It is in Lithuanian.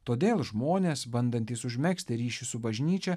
todėl žmonės bandantys užmegzti ryšį su bažnyčia